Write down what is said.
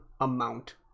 amount